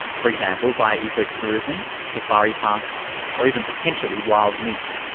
for example via ecotourism, safari parks or even potentially wild meats.